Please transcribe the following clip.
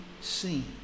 seen